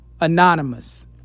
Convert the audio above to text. Anonymous